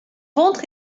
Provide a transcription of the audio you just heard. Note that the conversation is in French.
ventre